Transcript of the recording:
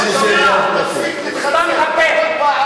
תראה, יש יושב-ראש, תסתום את הפה.